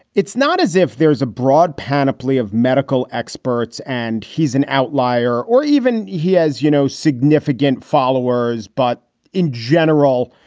it's not as if there is a broad panoply of medical experts and he's an outlier or even he has, you know, significant followers. but in general,